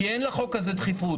כי אין לחוק הזה דחיפות.